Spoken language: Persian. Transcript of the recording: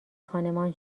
خانمان